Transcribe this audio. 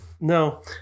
No